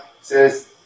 says